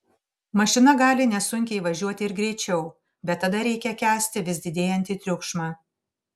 mašina gali nesunkiai važiuoti ir greičiau bet tada reikia kęsti vis didėjantį triukšmą